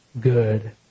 good